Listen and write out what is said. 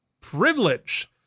privilege